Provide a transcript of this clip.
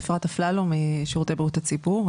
אפרת אפללו משירותי בריאות הציבור,